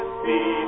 see